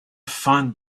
find